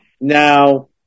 Now